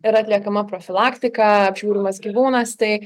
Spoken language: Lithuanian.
yra atliekama profilaktika apžiūrimas gyvūnas tai